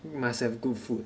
must have good food